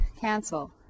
cancel